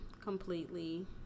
completely